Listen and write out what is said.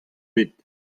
bet